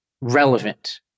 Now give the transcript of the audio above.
relevant